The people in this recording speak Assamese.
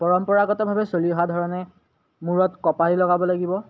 পৰম্পৰাগতভাৱে চলি অহা ধৰণে মূৰত কপালি লগাব লাগিব